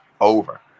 over